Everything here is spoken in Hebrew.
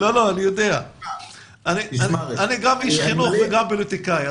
אני גם איש חינוך וגם פוליטיקאי.